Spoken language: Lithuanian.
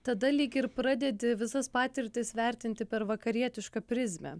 tada lyg ir pradedi visas patirtis vertinti per vakarietišką prizmę